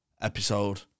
episode